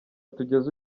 tugeze